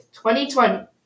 2020